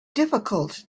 difficult